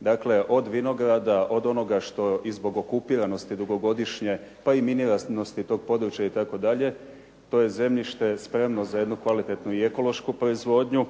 dakle od vinograda, od onoga što i zbog okupiranosti dugogodišnje, pa i miniranosti tog područja itd., to je zemljište spremno za jednu kvalitetnu i ekološku proizvodnju,